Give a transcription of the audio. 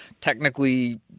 Technically